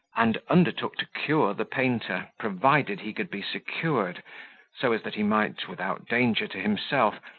and undertook to cure the painter, provided he could be secured so as that he might, without danger to himself,